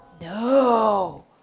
No